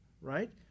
right